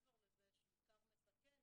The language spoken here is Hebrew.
מעבר לזה שהיא כר מסכן,